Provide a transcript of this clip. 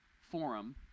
Forum